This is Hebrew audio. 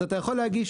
אז אתה יכול להגיש